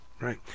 right